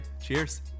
Cheers